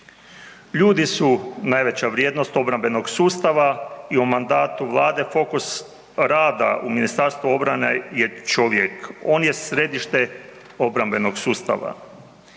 Ljudi su najveća vrijednost obrambenog sustava i u mandatu Vlade fokus rada u Ministarstvu obrane je čovjek. On je središte obrambenog sustava.